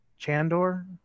Chandor